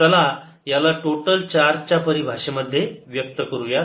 चला याला total charge च्या परी भाषेमध्ये व्यक्त करूया